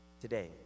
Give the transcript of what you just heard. Today